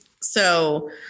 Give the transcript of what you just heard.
so-